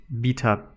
beta